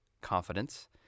Confidence